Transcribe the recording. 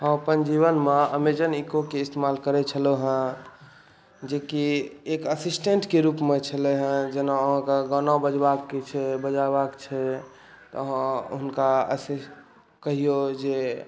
हम अपन जीवनमे अमेजॉन इकोकेँ इस्तमाल करै छलहुँ हँ जेकि एक असिस्टेन्ट केँ रुपमे छलै हँ जेना अहाँकेँ गाना बजेबाके छै गाना छै तऽ अहाँ हुनका असिस्टेन्ट के कहियौ जे